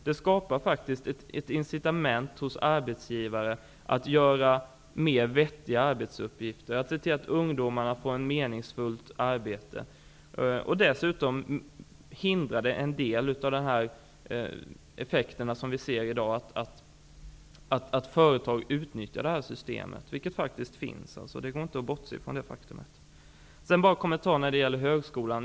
Det skapar faktiskt ett incitament för arbetsgivare att ge ungdomar mer vettiga arbetsuppgifter, att se till att ungdomarna får ett meningsfullt arbete. Dessutom hindrar det sådana effekter som vi ser i dag, att företagen utnyttjar systemet som de gör -- det går inte att bortse från det. Bara en liten kommentar angående högskolan.